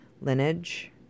lineage